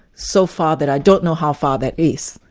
so far that i don't know how far that is.